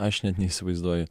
aš net neįsivaizduoju